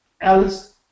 Alice